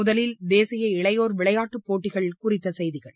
முதலில் தேசிய இளையோர் விளையாட்டு போட்டிகள் குறித்த செய்திகள்